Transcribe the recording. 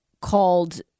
called